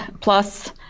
plus